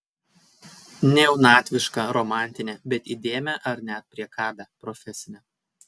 ne jaunatvišką romantinę bet įdėmią ar net priekabią profesinę